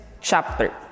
chapter